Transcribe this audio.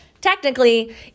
technically